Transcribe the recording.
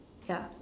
ya